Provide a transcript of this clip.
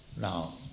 Now